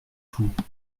tout